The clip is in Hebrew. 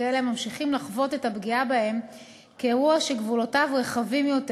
כאלה הממשיכים לחוות את הפגיעה בהם כאירוע שגבולותיו רחבים יותר